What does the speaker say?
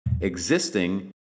existing